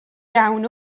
iawn